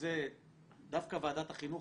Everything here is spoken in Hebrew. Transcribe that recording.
וזה דווקא ועדת החינוך,